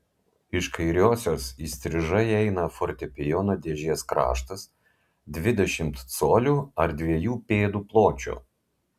iš kairiosios įstrižai eina fortepijono dėžės kraštas dvidešimt colių ar dviejų pėdų pločio